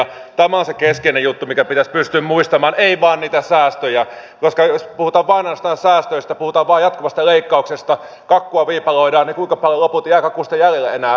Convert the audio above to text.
tämä on se keskeinen juttu mikä pitäisi pystyä muistamaan ei vain niitä säästöjä koska jos puhutaan vain ja ainoastaan säästöistä puhutaan vain jatkuvista leikkauksista kakkua viipaloidaan niin kuinka paljon lopulta jää kakusta jäljelle enää jaettavaksi